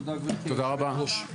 תודה גבירתי היושבת-ראש.